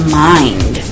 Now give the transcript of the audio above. mind